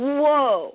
whoa